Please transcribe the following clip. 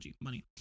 money